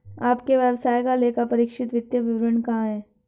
आपके व्यवसाय का लेखापरीक्षित वित्तीय विवरण कहाँ है?